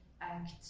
act